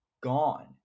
gone